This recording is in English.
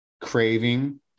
craving